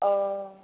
औ